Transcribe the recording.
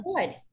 Good